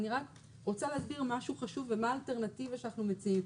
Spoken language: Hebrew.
אני רק רוצה להסביר משהו חשוב ומה האלטרנטיבה שאנחנו מציעים.